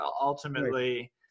ultimately